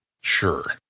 Sure